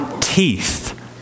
teeth